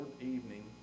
evening